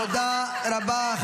תודה רבה.